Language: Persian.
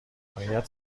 باید